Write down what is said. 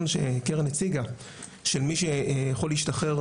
שקרן הציגה של מי שיכול להשתחרר,